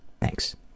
Thanks